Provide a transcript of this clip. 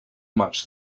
much